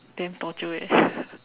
damn torture eh